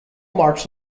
marks